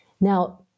Now